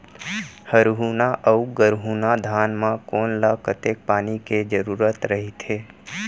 हरहुना अऊ गरहुना धान म कोन ला कतेक पानी के जरूरत रहिथे?